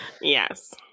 Yes